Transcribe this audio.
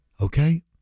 Okay